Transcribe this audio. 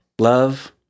love